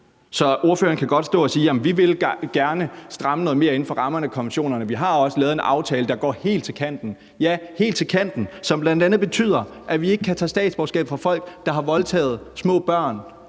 Så ordføreren kan godt stå og sige: Jamen vi vil gerne stramme noget mere inden for rammerne af konventionerne; vi har også lavet en aftale, der går helt til kanten. Ja, de går helt til kanten, hvilket bl.a. betyder, at vi ikke kan tage statsborgerskabet fra folk, der har voldtaget små børn